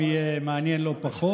מקווה שהפעם יהיה מעניין לא פחות.